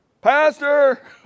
Pastor